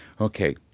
Okay